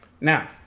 Now